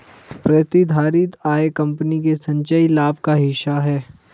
प्रतिधारित आय कंपनी के संचयी लाभ का हिस्सा है